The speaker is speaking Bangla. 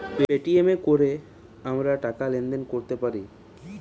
পেটিএম এ কোরে আমরা টাকা লেনদেন কোরতে পারি